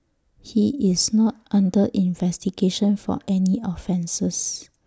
he is not under investigation for any offences